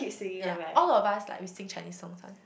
ya all of us like we sing Chinese songs [one]